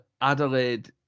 Adelaide